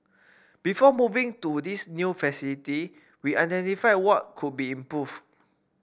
before moving to this new facility we identified what could be improved